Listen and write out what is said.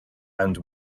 and